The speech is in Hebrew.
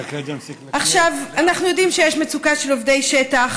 אנחנו יודעים שיש מצוקה של עובדי שטח.